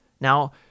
Now